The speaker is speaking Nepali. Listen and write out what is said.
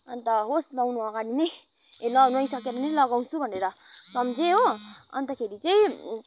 अन्त होस् नुहाउनु अघाडि नै ए नुहाइसकेर नै लगाउँछु भनेर सम्झेँ हो अन्तखेरि चाहिँ